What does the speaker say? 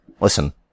Listen